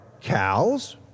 cows